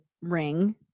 ring